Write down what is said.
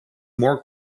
more